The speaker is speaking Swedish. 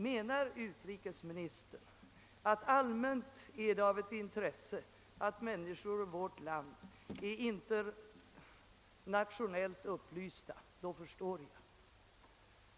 Menar utrikesministern att det är ett allmänt intresse att människor i vårt land är internationellt upplysta, då förstår jag honom.